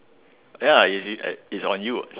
ya lah is it it's on you